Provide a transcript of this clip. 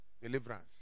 Deliverance